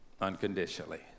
unconditionally